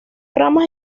ramas